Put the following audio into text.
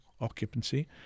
occupancy